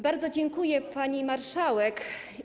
Bardzo dziękuję, pani marszałek.